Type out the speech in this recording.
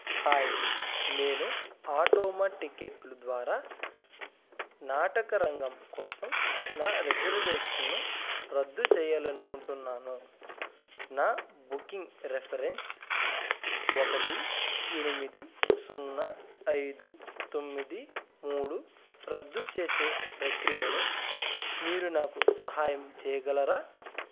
hi నేను ఆటోమ టిక్కెట్లు ద్వారా నాటకరంగం కోసం నా రిజర్వేషన్ను రద్దు చేయాలి అనుకుంటున్నాను నా బుకింగ్ రెఫరెన్స్ ఒకటి ఎనిమిది సున్నా ఐదు తొమ్మిది మూడు రద్దు చేసే ప్రక్రియలో మీరు నాకు సహాయం చేయగలరా